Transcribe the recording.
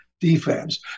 Defense